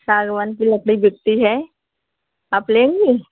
सागवान की लकड़ी बिकती है आप लेंगी